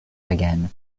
again